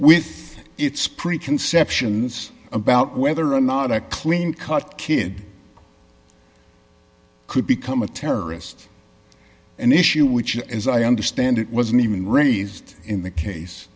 with its preconceptions about whether or not a clean cut kid could become a terrorist an issue which as i understand it wasn't even raised in the case